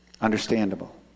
Understandable